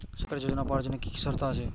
সরকারী যোজনা পাওয়ার জন্য কি কি শর্ত আছে?